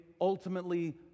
ultimately